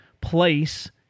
place